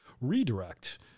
Redirect